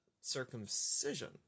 circumcision